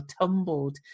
tumbled